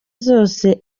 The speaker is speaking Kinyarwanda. zose